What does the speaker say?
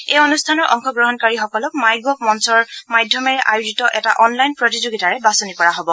এই অনুষ্ঠানৰ অংশগ্ৰহণকাৰীসকলক মাইগ'ভ মঞ্চৰ মাধ্যমেৰে আয়োজিত এটা অনলাইন প্ৰতিযোগিতাৰে বাঁচনি কৰা হ'ব